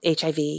HIV